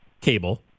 cable